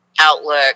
outlook